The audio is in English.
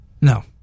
No